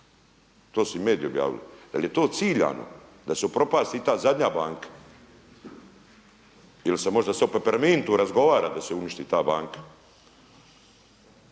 To su i mediji objavili. Da li je to ciljano da se upropasti i ta zadnja banka? Ili se možda u Pepermintu razgovara da se uništi ta banka